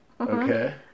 Okay